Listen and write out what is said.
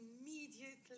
immediately